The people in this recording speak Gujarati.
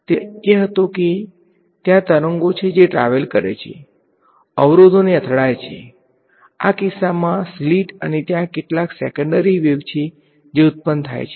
તેથી વિચાર એ હતો કે ત્યાં તરંગો છે જે ટ્રાવેલ કરે છે અવરોધને અથડાય છે આ કિસ્સામાં સ્લિટ અને ત્યાં કેટલાક સેકેન્ડરી વેવ છે જે ઉત્પન્ન થાય છે